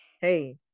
hey